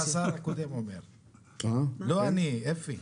קדימה אפי.